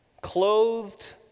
clothed